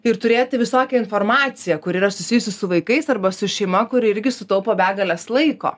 ir turėti visokią informaciją kuri yra susijusi su vaikais arba su šeima kuri irgi sutaupo begales laiko